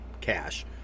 cash